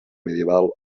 medieval